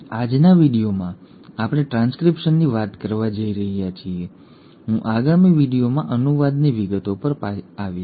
હવે આજના વીડિયોમાં અમે ટ્રાન્સક્રિપ્શનની વાત કરવા જઈ રહ્યા છીએ હું આગામી વીડિયોમાં અનુવાદની વિગતો પર આવીશ